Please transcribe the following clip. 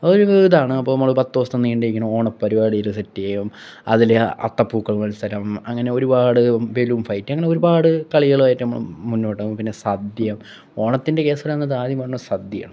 ഒരു ഇതാണ് അപ്പോൾ നമ്മൾ പത്തു ദിവസം നീണ്ടു നിൽക്കുന്ന ഓണ പരിപാടികൾ സെറ്റ് ചെയ്യും അതിൽ അത്തപ്പൂക്കള മത്സരം അങ്ങനെ ഒരുപാട് ബലൂൺ ഫൈറ്റ് അങ്ങനെ ഒരുപാട് കളികളുമായിട്ട് നമ്മൾ മുന്നോട്ടു പോകും പിന്നെ സദ്യ ഓണത്തിൻ്റെ കേസിൽ ആദ്യം കണ്ടു വരുന്നത് സദ്യയാണ്